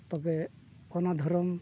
ᱛᱚᱵᱮ ᱚᱱᱟ ᱫᱷᱚᱨᱚᱢ